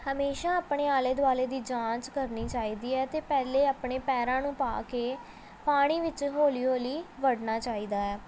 ਹਮੇਸ਼ਾ ਆਪਣੇ ਆਲੇ ਦੁਆਲੇ ਦੀ ਜਾਂਚ ਕਰਨੀ ਚਾਹੀਦੀ ਹੈ ਅਤੇ ਪਹਿਲਾਂ ਆਪਣੇ ਪੈਰਾਂ ਨੂੰ ਪਾ ਕੇ ਪਾਣੀ ਵਿੱਚ ਹੌਲੀ ਹੌਲੀ ਵੜਨਾ ਚਾਹੀਦਾ ਹੈ